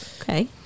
Okay